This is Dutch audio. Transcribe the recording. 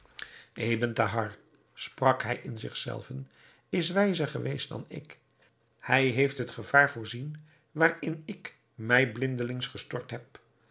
ebn thahar sprak hij in zich zelven is wijzer geweest dan ik hij heeft het gevaar voorzien waarin ik mij blindelings gestort heb